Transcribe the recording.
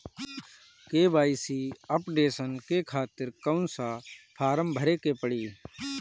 KYC updation के खातिर कौन सा फारम भरे के पड़ी?